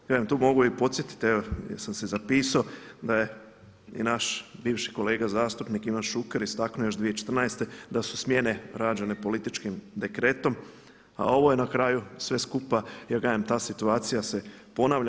Ja vam tu mogu i podsjetiti evo jer sam si zapisao, da je i naš bivši kolega zastupnik Ivan Šuker istaknuo još 2014. da su smjene rađene političkim dekretom, a ovo je na kraju sve skupa, ja kažem ta situacija se ponavlja.